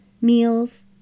meals